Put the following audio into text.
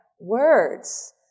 words